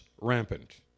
rampant